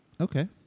Okay